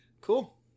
Cool